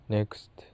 Next